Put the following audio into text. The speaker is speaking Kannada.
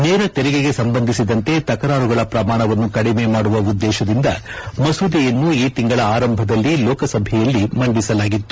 ನೇರ ತೆರಿಗೆಗೆ ಸಂಬಂಧಿಸಿದಂತೆ ತಕರಾರುಗಳ ಪ್ರಮಾಣವನ್ನು ಕಡಿಮೆ ಮಾಡುವ ಉದ್ದೇಶದಿಂದ ಮಸೂದೆಯನ್ನು ಈ ತಿಂಗಳ ಆರಂಭದಲ್ಲಿ ಲೋಕಸಭೆಯಲ್ಲಿ ಮಂಡಿಸಲಾಗಿತ್ತು